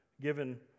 given